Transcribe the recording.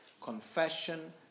confession